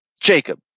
Jacob